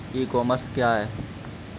ई commerce क्या है?